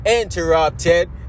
interrupted